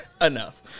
enough